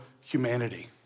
humanity